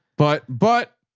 but, but